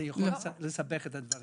זה יכול לסבך את הדברים.